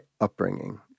upbringing